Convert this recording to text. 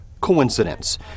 coincidence